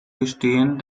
gestehen